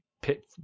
pit